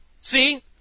See